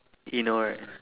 you know right